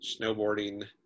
snowboarding